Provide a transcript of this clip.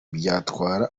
byatwara